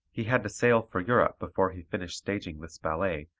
he had to sail for europe before he finished staging this ballet,